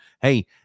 hey